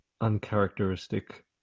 uncharacteristic